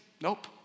Nope